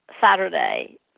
Saturday